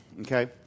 okay